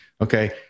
okay